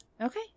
okay